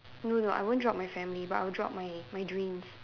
no no I won't drop my family but I'll drop my my dreams